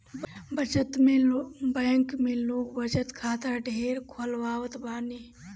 bank में लोग बचत खाता ढेर खोलवावत बाने